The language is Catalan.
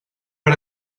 per